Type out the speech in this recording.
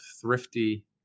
thrifty